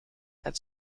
als